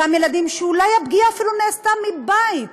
אותם ילדים שאולי הפגיעה אפילו נעשתה מבית,